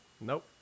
Nope